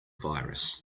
virus